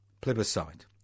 plebiscite